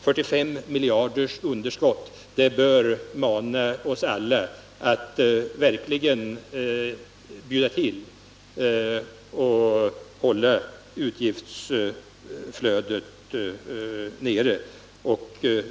45 miljarder i underskott —det bör mana oss alla att verkligen bjuda till och hålla utgiftsflödet nere.